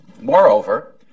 Moreover